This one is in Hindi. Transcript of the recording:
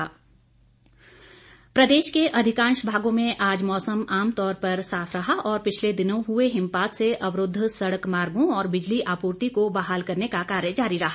मौसम प्रदेश के अधिकांश भागों में आज मौसम आमतौर पर साफ रहा और पिछले दिनों हुए हिमपात से अवरूद्व सड़क मार्गो और बिजली आपूर्ति को बहाल करने का कार्य जारी रहा